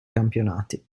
campionati